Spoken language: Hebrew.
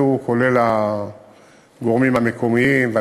כולל הגורמים המקומיים,